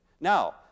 Now